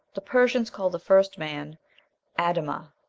the persians called the first man ad-amah.